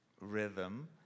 rhythm